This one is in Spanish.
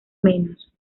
menos